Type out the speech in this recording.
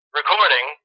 recording